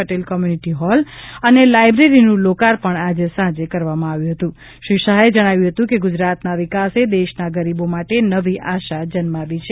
Patel community hall અને લાઇબ્રેરીનું લોકાર્પણ આજે સાંજે કરવામાં આવ્યું હતું શ્રી શાહે જણાવ્યું કે ગુજરાતના વિકાસે દેશના ગરીબો માટે નવી આશા જમાવી છે